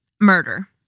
Murder